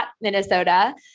Minnesota